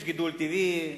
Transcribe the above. יש גידול טבעי,